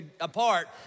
apart